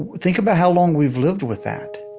and think about how long we've lived with that.